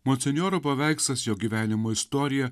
monsinjoro paveikslas jo gyvenimo istorija